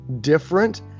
different